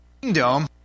kingdom